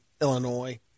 Illinois